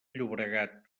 llobregat